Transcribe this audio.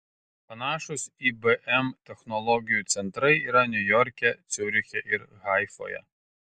panašūs ibm technologijų centrai yra niujorke ciuriche ir haifoje